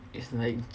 is